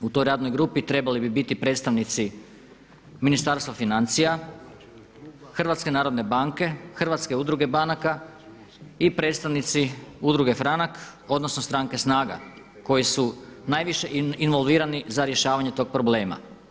U toj radnoj grupi trebali bi biti predstavnici Ministarstva financija, Hrvatske narodne banke, Hrvatske udruge banaka i predstavnici Udruge Franak odnosno stranke SNAGA koji su najviše involvirani za rješavanje tog problema.